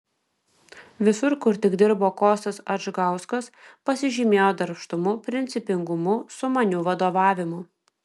visur kur tik dirbo kostas adžgauskas pasižymėjo darbštumu principingumu sumaniu vadovavimu